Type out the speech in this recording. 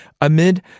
amid